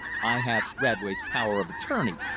i have radway's power of attorney,